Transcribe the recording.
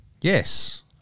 Yes